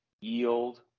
yield